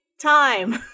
time